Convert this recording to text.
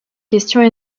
questions